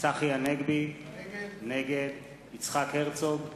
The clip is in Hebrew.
צחי הנגבי, נגד יצחק הרצוג,